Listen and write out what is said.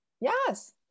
yes